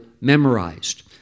memorized